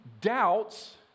doubts